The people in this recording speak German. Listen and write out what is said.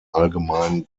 allgemeinen